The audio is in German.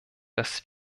dass